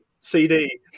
CD